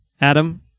Adam